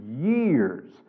years